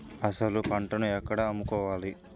అసలు పంటను ఎక్కడ అమ్ముకోవాలి?